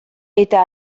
eta